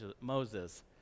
Moses